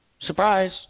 Surprise